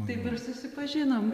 taip ir susipažinom